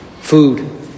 food